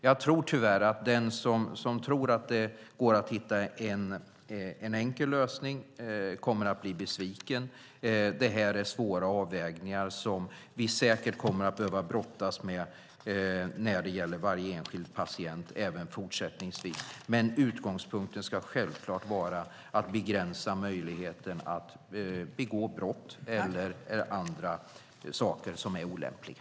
Jag förmodar tyvärr att den som tror att det går att hitta en enkel lösning kommer att bli besviken. Det här är svåra avvägningar som vi säkert kommer att behöva brottas med när det gäller varje enskild patient även fortsättningsvis. Men utgångspunkten ska självklart vara att begränsa möjligheten att begå brott eller göra andra saker som är olämpliga.